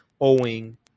owing